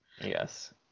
Yes